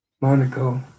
Monaco